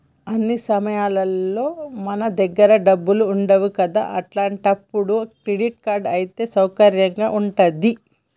అన్ని సమయాల్లోనూ మన దగ్గర డబ్బులు ఉండవు కదా అట్లాంటప్పుడు క్రెడిట్ కార్డ్ అయితే సౌకర్యంగా ఉంటది